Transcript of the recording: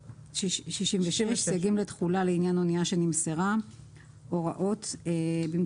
66.סייגים לתחולה לעניין אנייה שנמסרה הוראות תקנות פרק